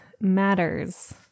matters